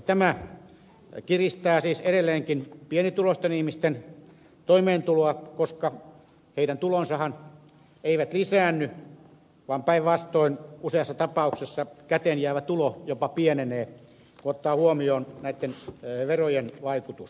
tämä kiristää siis edelleenkin pienituloisten ihmisten toimeentuloa koska heidän tulonsahan eivät lisäänny vaan päinvastoin useassa tapauksessa käteenjäävä tulo jopa pienenee kun otetaan huomioon näiden verojen vaikutus